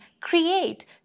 create